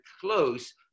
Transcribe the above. close